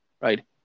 right